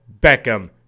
Beckham